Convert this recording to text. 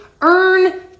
earn